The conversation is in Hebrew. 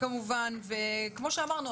כמו שאמרנו,